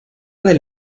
del